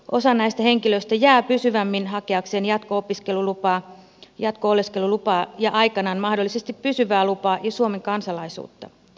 osa näistä henkilöistä jää pysyvämmin hakeakseen jatko oleskelulupaa ja aikanaan mahdollisesti pysyvää lupaa ja suomen kansalaisuutta